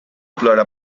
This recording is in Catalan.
plora